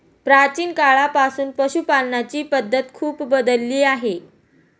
प्राचीन काळापासून पशुपालनाची पद्धत खूप बदलली आहे